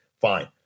fine